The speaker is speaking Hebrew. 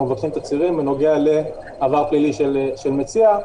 מבקשים תצהירים בנוגע לעבר פלילי של מציע.